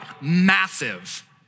massive